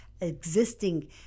existing